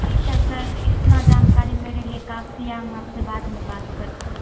ठीक है सर इतना जानकारी मेरे लिए काफी है हम आपसे बाद में बात करते हैं